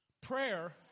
prayer